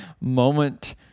moment